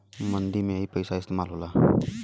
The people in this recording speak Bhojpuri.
मंदी में यही पइसा इस्तेमाल होला